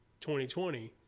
2020